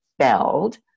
spelled